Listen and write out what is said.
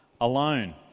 alone